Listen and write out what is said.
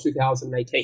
2018